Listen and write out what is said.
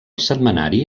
setmanari